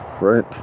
right